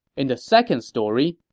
in the second story,